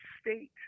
state